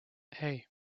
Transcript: hey